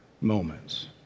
moments